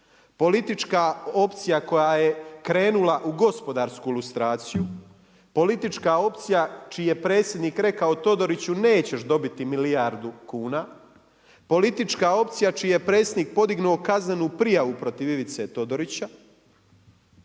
Politička opcija koja je krenula u gospodarsku ilustraciju. Politička opcija čiji je predsjednik rekao Todoriću, nećeš dobiti milijardu kuna, politička opcija čiji je predsjednik podigao kaznenu prijavu protiv Ivice Todorića.